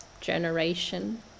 generation